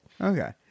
Okay